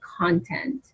content